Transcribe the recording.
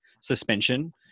suspension